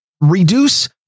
reduce